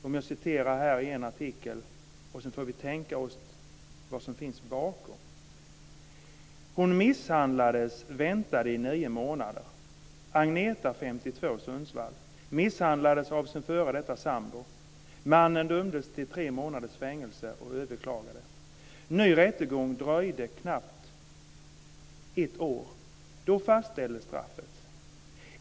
Jag ska citera vad som står i en artikel, så får vi tänka oss vad som finns bakom. Agneta, 52, Sundsvall, misshandlades av sin före detta sambo. Mannen dömdes till tre månaders fängelse och överklagade. Ny rättegång dröjde knappt ett år. Då fastställdes straffet.